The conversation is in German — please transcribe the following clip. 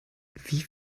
wie